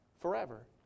forever